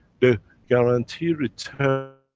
the guarantee return